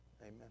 Amen